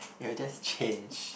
it will just change